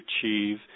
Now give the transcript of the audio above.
achieve